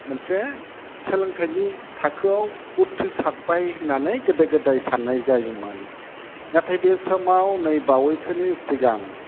मोनसे सोलोंथाइनि थाखोआव उथ्रिसारबाय होन्नानै गोदो गोदाइ सान्नाय जायोमोन नाथाय बे समाव नै बावैसोनि सिगां